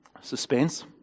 Suspense